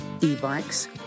e-bikes